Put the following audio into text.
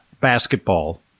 basketball